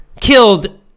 killed